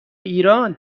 ایران